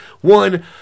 one